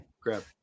grab